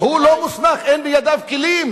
הוא לא מוסמך, אין בידיו כלים.